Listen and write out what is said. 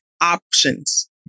options